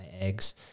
eggs